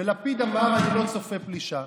ולפיד אמר: אני לא צופה פלישה.